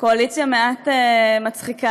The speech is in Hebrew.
שקואליציה מעט מצחיקה,